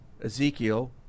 Ezekiel